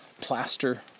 plaster